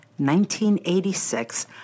1986